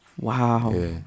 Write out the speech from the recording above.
Wow